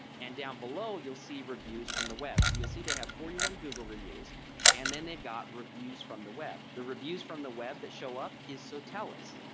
and down below you'll see reviews from the web so you'll see they have forty one google reviews and then they've got reviews from the web. the reviews from the web that show up is sotellus.